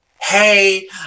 hey